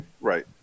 right